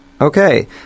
Okay